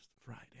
Friday